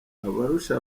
abarusha